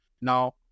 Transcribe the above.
Now